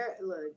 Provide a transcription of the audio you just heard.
Look